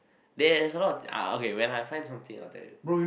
there's a lot uh okay when I find something I will tell you